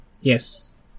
Yes